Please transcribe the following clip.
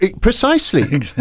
Precisely